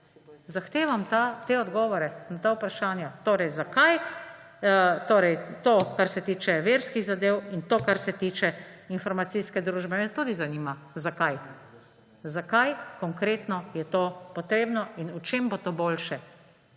Zahtevam te odgovore na ta vprašanja. Torej zakaj, torej to kar se tiče verskih zadev in to kar se tiče informacijske družbe me tudi zanima zakaj. Zakaj konkretno je to potrebno in v čem bo to boljše?